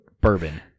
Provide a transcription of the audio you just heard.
bourbon